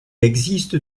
existe